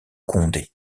condé